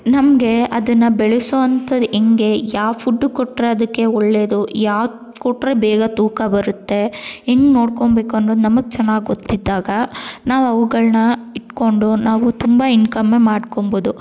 ನಮಗೆ ಅದನ್ನು ಬೆಳೆಸೋವಂಥದ್ ಹೆಂಗೆ ಯಾವ ಫುಡ್ಡು ಕೊಟ್ಟರೆ ಅದಕ್ಕೆ ಒಳ್ಳೆದು ಯಾವ್ದು ಕೊಟ್ಟರೆ ಬೇಗ ತೂಕ ಬರುತ್ತೆ ಹೆಂಗ್ ನೋಡ್ಕೊಬೇಕು ಅನ್ನೋದು ನಮಗೆ ಚೆನ್ನಾಗ್ ಗೊತ್ತಿದ್ದಾಗ ನಾವು ಅವುಗಳ್ನ ಇಟ್ಕೊಂಡು ನಾವು ತುಂಬ ಇನ್ಕಮ್ಮೇ ಮಾಡ್ಕೊಬೋದು